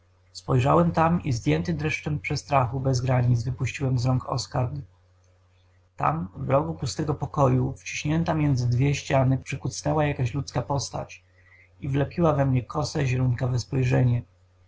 spojrzałem tam i zdjęty dreszczem przestrachu bez granic wypuściłem z rąk oskard tam w rogu pustego pokoju wciśnięta między dwie ściany przykucnęła jakaś ludzka postać i wlepiła we mnie kose zielonkawe spojrzenie